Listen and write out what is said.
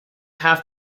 have